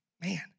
Man